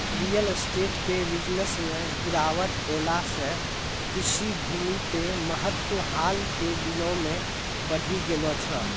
real estate के business मॅ गिरावट ऐला सॅ कृषि भूमि के महत्व हाल के दिनों मॅ बढ़ी गेलो छै